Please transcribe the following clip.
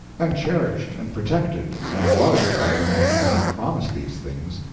and cherished and protected and loved by the man that had promised these things,